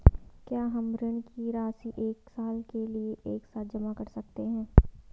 क्या हम ऋण की राशि एक साल के लिए एक साथ जमा कर सकते हैं?